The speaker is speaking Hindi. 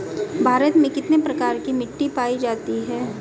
भारत में कितने प्रकार की मिट्टी पाई जाती हैं?